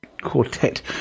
quartet